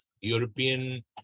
European